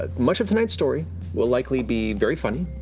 ah much of tonight's story will likely be very funny,